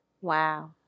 Wow